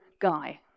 guy